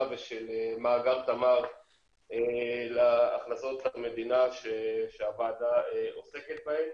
ושל מאגר תמר להכנסות למדינה שהוועדה עוסקת בהן.